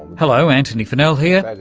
hello, antony funnell here,